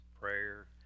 Prayer